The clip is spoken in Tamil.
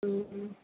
ம் ம்